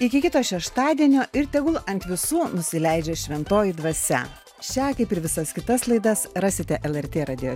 iki kito šeštadienio ir tegul ant visų nusileidžia šventoji dvasia šią kaip ir visas kitas laidas rasite lrt radijo